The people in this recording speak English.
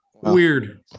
Weird